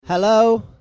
Hello